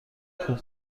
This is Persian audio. خوب